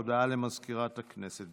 הודעה למזכירת הכנסת.